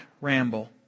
ramble